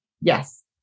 Yes